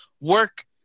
work